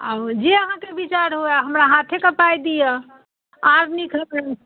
आ जे आहाँकेँ विचार हुए हमरा हाथे कऽ पाइ दिअ आर नीक हेतनि